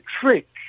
trick